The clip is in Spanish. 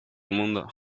mundo